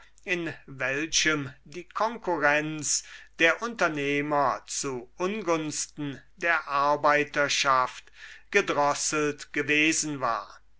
in welchem die konkurrenz der unternehmer zu ungunsten der arbeiterschaft gedrosselt gewesen war